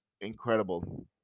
incredible